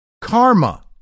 karma